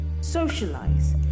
socialize